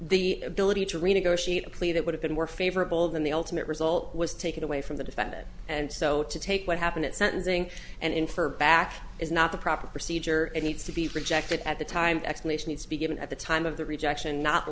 the ability to renegotiate a plea that would have been more favorable than the ultimate result was taken away from the defendant and so to take what happened at sentencing and infer back is not the proper procedure and needs to be rejected at the time explanation needs to be given at the time of the rejection not